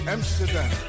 Amsterdam